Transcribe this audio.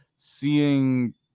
seeing